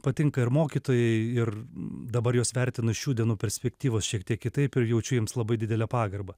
patinka ir mokytojai ir dabar juos vertinu šių dienų perspektyvos šiek tiek kitaip ir jaučiu jiems labai didelę pagarbą